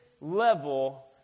level